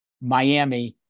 Miami